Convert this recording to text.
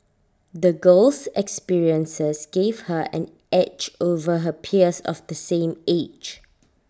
the girl's experiences gave her an edge over her peers of the same age